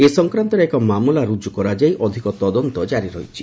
ଏ ସଂକ୍ରାନ୍ତରେ ଏକ ମାମଲା ରୁଜୁ କରାଯାଇ ଅଧିକ ତଦନ୍ତ ଜାରି ରହିଛି